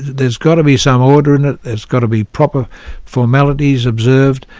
there's got to be some order in it, there's got to be proper formalities observed,